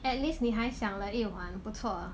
at least 你还想了一晚不错